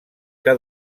que